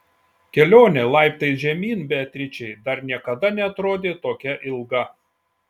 kelionė laiptais žemyn beatričei dar niekada neatrodė tokia ilga